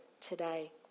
today